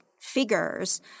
figures